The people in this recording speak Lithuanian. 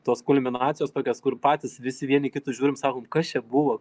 tos kulminacijos tokios kur patys visi vieni į kitus žiūrim sakom kas čia buvo